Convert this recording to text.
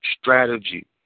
strategy